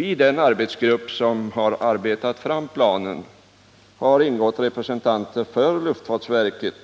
I den arbetsgrupp som arbetat fram planen har representanter för luftfartsverket,